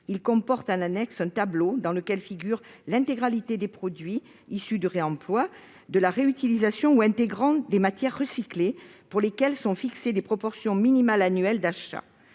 Il comporte en annexe un tableau dans lequel figure l'intégralité des produits issus du réemploi, de la réutilisation ou intégrant des matières recyclées, pour lesquels sont fixées des proportions minimales annuelles d'achat.